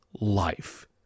life